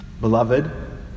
Beloved